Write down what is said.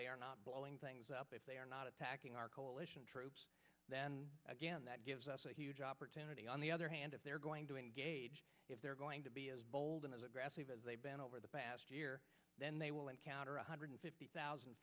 they are not blowing things up if they are not attacking our coalition troops then again that gives us a huge opportunity on the other hand if they're going to engage if they're going to be as bold and as aggressive as they've been over the past year then they will encounter one hundred fifty thousand